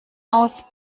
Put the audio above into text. aus